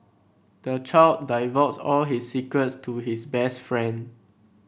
the child divulged all his secrets to his best friend